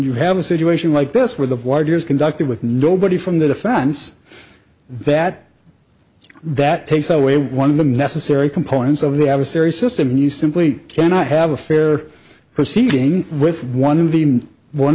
you have a situation like this where the border is conducted with nobody from the defense that that takes away one of them necessary components of the adversary system you simply cannot have a fair proceeding with one of the one